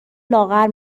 لاغر